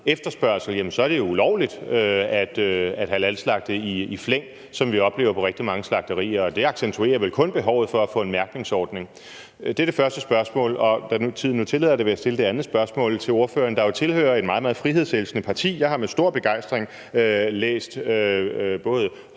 efterspørgsel, så er det jo ulovligt at halalslagte i flæng, som vi oplever på rigtig mange slagterier, og det accentuerer vel kun behovet for at få en mærkningsordning? Det var det første spørgsmål. Da tiden nu tillader det her, vil jeg stille det andet spørgsmål til ordføreren, der jo tilhører et meget, meget frihedselskende parti. Jeg har med stor begejstring læst både Hostrup,